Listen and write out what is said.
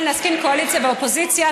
אליהן זה הזמן להסכים, קואליציה ואופוזיציה.